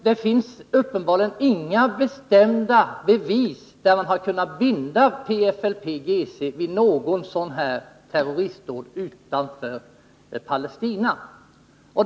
Det finns uppenbarligen inga bestämda bevis som kan binda PFLP-GC vid något terroristdåd utanför Palestina.